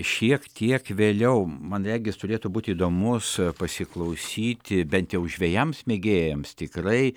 šiek tiek vėliau man regis turėtų būti įdomus pasiklausyti bent jau žvejams mėgėjams tikrai